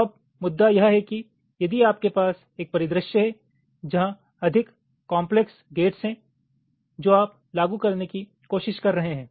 तो अब मुद्दा यह है कि यदि आपके पास एक परिदृश्य है जहां अधिक कॉम्प्लेक्स गेटस हैं जो आप लागू करने की कोशिश कर रहे हैं